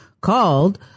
called